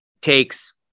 takes